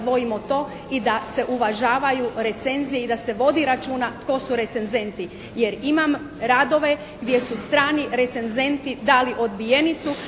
razdvojimo to i da se uvažavaju recenzije i da se vodi računa tko su recenzenti jer imam radove gdje su strani recenzenti dali odbijenicu,